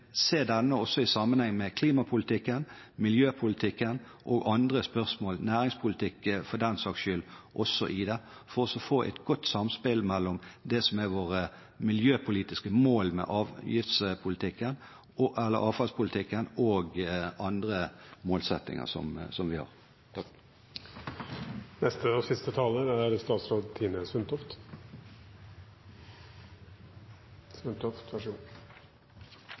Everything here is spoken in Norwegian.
i sammenheng med klimapolitikken, miljøpolitikken og andre spørsmål – og også næringspolitikken i det, for den saks skyld – for å få et godt samspill mellom det som er våre miljøpolitiske mål med avfallspolitikken, og andre målsettinger som vi har. Jeg vil også takke interpellanten, og